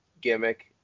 gimmick